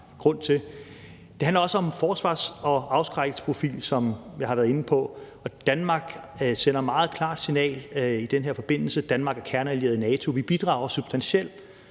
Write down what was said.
Det handler også om den forsvars- og afskrækkelsesprofil, som jeg har været inde på, og Danmark sender i den her forbindelse et meget klart signal. Danmark er en kerneallieret i NATO, og vi bidrager substantielt